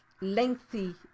lengthy